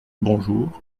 bonjour